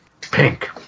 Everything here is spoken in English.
Pink